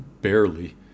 barely